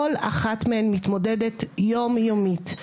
כל אחת מהן מתמודדת יום-יומית.